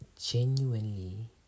genuinely